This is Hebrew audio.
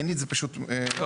אין לי את זה פשוט מול העיניים.